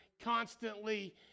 constantly